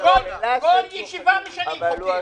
--- כל ישיבה משנים חוקים.